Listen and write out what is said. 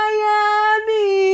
Miami